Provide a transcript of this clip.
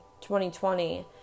2020